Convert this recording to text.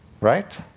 Right